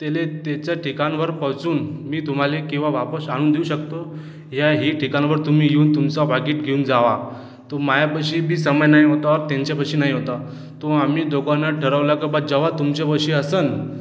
त्याला त्याच्या ठिकाणावर पोहोचवून मी तुम्हाला किंवा वापस आणून देऊ शकतो या ह्या ठिकाणावर तुम्ही येऊन तुमचा पाकीट घेऊन जा तर माझ्यापाशीबी समय नाही होता और त्यांच्यापाशीही नाही होता तर आम्ही दोघांनी ठरवलं का बा जेव्हा तुमच्यापाशी असन